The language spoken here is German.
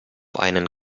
einen